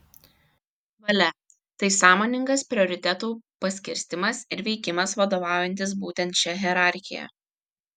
valia tai sąmoningas prioritetų paskirstymas ir veikimas vadovaujantis būtent šia hierarchija